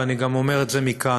ואני גם אומר את זה מכאן: